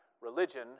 religion